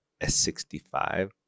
S65